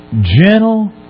gentle